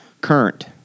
current